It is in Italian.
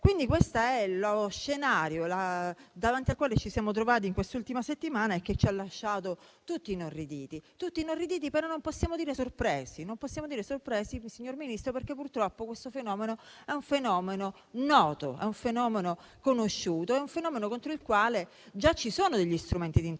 Quindi questo è lo scenario davanti al quale ci siamo trovati in quest'ultima settimana che ci ha lasciato tutti inorriditi. Però non possiamo dire che ci abbia lasciato sorpresi. Non possiamo dire sorpresi, signor Ministro, perché purtroppo questo è un fenomeno noto, è un fenomeno conosciuto, è un fenomeno contro il quale già ci sono degli strumenti di intervento.